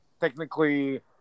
technically